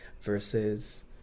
versus